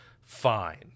fine